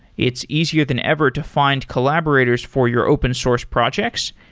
it's easier than ever to find collaborators for your open source projects.